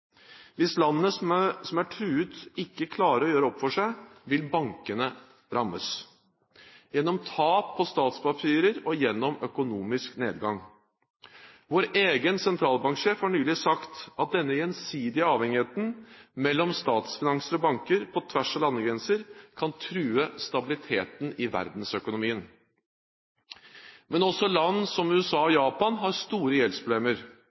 Hvis landene som er truet, ikke klarer å gjøre opp for seg, vil bankene rammes gjennom tap på statspapirer og gjennom økonomisk nedgang. Vår egen sentralbanksjef har nylig sagt at denne gjensidige avhengigheten mellom statsfinanser og banker på tvers av landegrenser kan true stabiliteten i verdensøkonomien. Men også land som USA og Japan har store